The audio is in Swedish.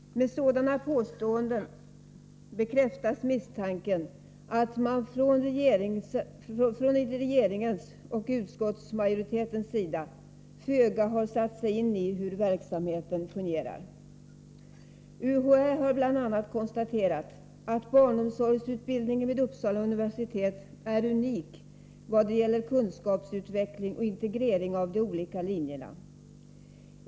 Med sådana påståenden bekräftas misstanken att man från regeringens och utskottsmajoritetens sida föga har satt sig in i hur verksamheten fungerar. UHÄ har bl.a. konstaterat att barnomsorgsutbildningen vid Uppsala universitet är unik vad gäller kunskapsutveckling och integrering av de olika linjerna.